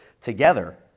together